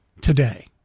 today